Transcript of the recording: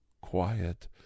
quiet